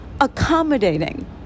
accommodating